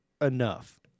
enough